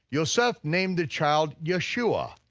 yoseph named the child yeshua,